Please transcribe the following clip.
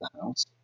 house